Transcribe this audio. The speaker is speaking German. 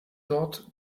dort